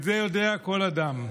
את זה יודע כל אדם.